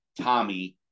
Tommy